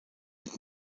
und